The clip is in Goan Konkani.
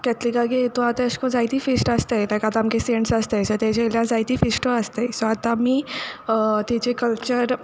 कॅथलिकांगे इतूं आतां अशें कोन्न जायतीं फिस्ट आसताय लायक आमगे सॅंट्स आसताय सो तेजेर जायतीं फिस्टूय आसताय सो आतां आमी तेजे कल्चर